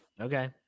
Okay